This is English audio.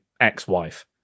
ex-wife